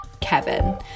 Kevin